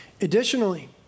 Additionally